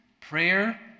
prayer